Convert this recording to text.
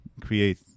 Create